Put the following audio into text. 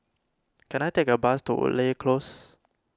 can I take a bus to Woodleigh Close